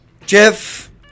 Jeff